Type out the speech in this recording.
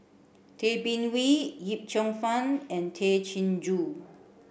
Tay Bin Wee Yip Cheong Fun and Tay Chin Joo